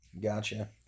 Gotcha